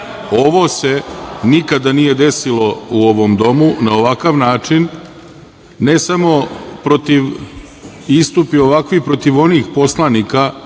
se nikada nije desilo u ovom domu na ovakav način, ne samo istupi ovakvih protiv onih poslanika